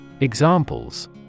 Examples